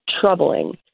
troubling